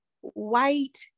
white